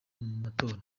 matora